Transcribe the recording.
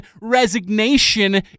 resignation